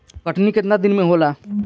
कटनी केतना दिन मे होला?